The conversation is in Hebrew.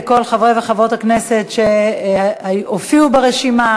כל חברי וחברות הכנסת שהופיעו ברשימה